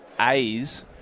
A's